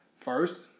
First